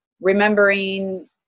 remembering